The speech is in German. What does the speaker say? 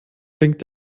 blinkt